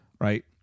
right